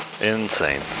Insane